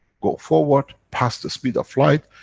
go forward, past the speed of light,